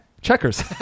Checkers